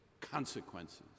consequences